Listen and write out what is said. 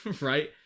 right